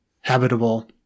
habitable